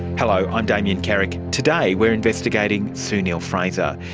hello, i'm damien carrick. today we're investigating sue neill-fraser.